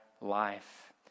life